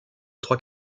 trois